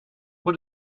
what